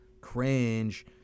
Cringe